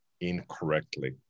incorrectly